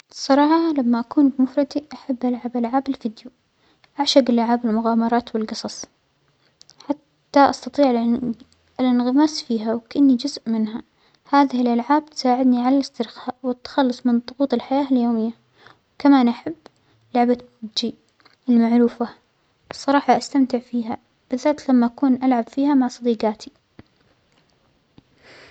الصراحة لما أكون بمفردى أحب ألعب ألعاب الفيديو، أعشج العاب المغامرات والقصص، حتى أستطيع الأع-الإنغماس فيها وكأنى جزء منها، هذه الألعاب تساعدنى على الإسترخاء والتخلص من ظغوط الحياة اليومية، كمان أحب لعبة بابجى المعروفة، الصراحة أستمتع فيها بالذات لما أكون ألعب فيها مع صديقجاتى.